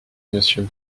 monsieur